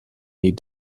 need